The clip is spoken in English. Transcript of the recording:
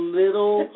little